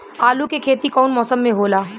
आलू के खेती कउन मौसम में होला?